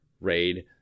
Raid